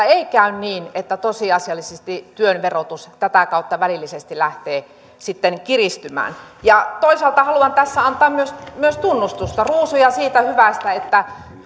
ei käy niin että tosiasiallisesti työn verotus tätä kautta välillisesti lähtee sitten kiristymään ja toisaalta haluan tässä antaa myös myös tunnustusta ruusuja siitä hyvästä että